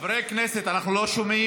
חברי הכנסת, אנחנו לא שומעים.